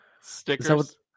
Stickers